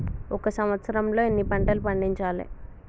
ఒక సంవత్సరంలో ఎన్ని పంటలు పండించాలే?